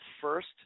first